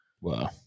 wow